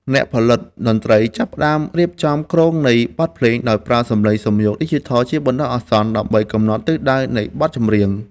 អ្នកផលិតតន្ត្រីចាប់ផ្ដើមរៀបចំគ្រោងនៃបទភ្លេង ដោយប្រើសំឡេងសំយោគឌីជីថលជាបណ្ដោះអាសន្ន ដើម្បីកំណត់ទិសដៅនៃបទចម្រៀង។